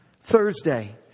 Thursday